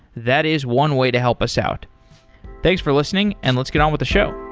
that is one way to help us out thanks for listening and let's get on with the show